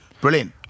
Brilliant